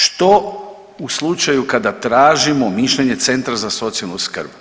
Što u slučaju kada tražimo mišljenje Centra za socijalnu skrb?